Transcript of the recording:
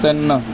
ਤਿੰਨ